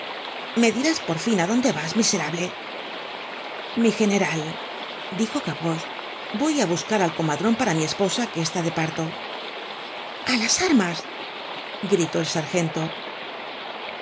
dirás por fin á dónde vas miserable mi general dijo gavroche voy á buscar al comadron para mi esposa que está de parto a las armas gritó el sargento